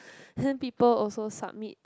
ten people also submit